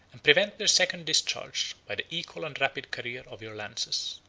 and prevent their second discharge by the equal and rapid career of your lances.